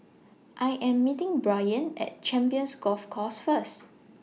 I Am meeting Brayan At Champions Golf Course First